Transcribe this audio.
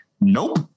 nope